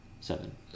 seven